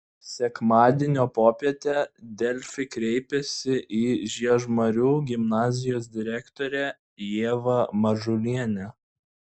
sekmadienio popietę delfi kreipėsi į žiežmarių gimnazijos direktorę ievą mažulienę